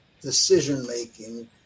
decision-making